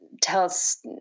tells